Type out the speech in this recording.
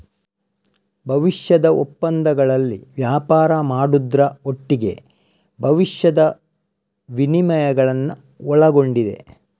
ಭವಿಷ್ಯದ ಒಪ್ಪಂದಗಳಲ್ಲಿ ವ್ಯಾಪಾರ ಮಾಡುದ್ರ ಒಟ್ಟಿಗೆ ಭವಿಷ್ಯದ ವಿನಿಮಯಗಳನ್ನ ಒಳಗೊಂಡಿದೆ